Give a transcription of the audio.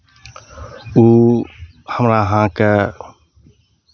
ओ हमरा अहाँके